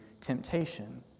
temptation